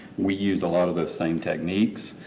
we use a lot of those same techniques.